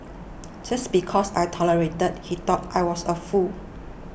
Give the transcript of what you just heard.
just because I tolerated he thought I was a fool